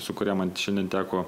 su kuria man šiandien teko